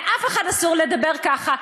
לאף אחד אסור לדבר ככה.